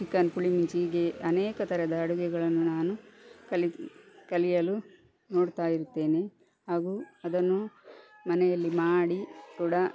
chicken pulimunchi ಹೀಗೆ ಅನೇಕ ಥರದ ಅಡುಗೆಗಳನ್ನು ನಾನು ಕಲಿತು ಕಲಿಯಲು ನೋಡ್ತಾ ಇರ್ತೇನೆ ಹಾಗು ಅದನ್ನು ಮನೆಯಲ್ಲಿ ಮಾಡಿ ಕೂಡ